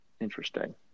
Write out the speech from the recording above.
Interesting